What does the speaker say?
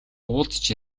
уулзаж